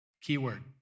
keyword